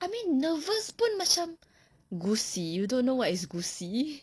I mean nervous pun macam gusi you don't know what is gusi